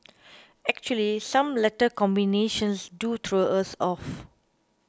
actually some letter combinations do throw us off